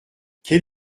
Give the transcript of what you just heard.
quel